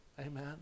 Amen